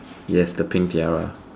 yes the pink tiara